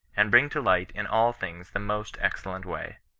and bring to light in all things the most excellent way.